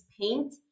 paint